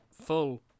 full